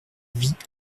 vit